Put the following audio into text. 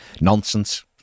Nonsense